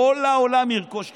כל העולם ירכוש חיסונים.